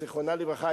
זיכרונה לברכה,